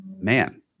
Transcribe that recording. man